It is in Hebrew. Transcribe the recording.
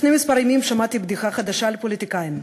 לפני כמה ימים שמעתי בדיחה חדשה על פוליטיקאים.